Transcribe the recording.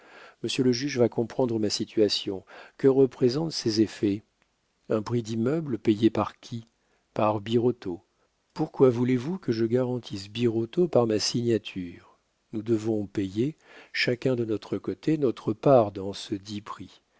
monsieur le juge va comprendre ma situation que représentent ces effets un prix d'immeuble payé par qui par birotteau pourquoi voulez-vous que je garantisse birotteau par ma signature nous devons payer chacun de notre côté notre part dans cedit prix